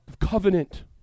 covenant